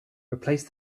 replace